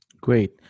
Great